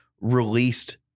released